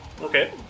okay